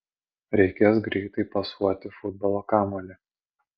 reikės greitai pasuoti futbolo kamuolį